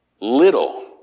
little